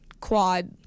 quad